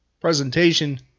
presentation